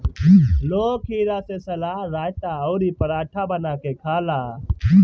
लोग खीरा से सलाद, रायता अउरी पराठा बना के खाला